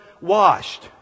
washed